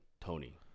Tony